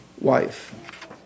wife